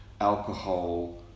alcohol